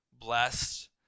blessed